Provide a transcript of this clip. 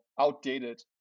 outdated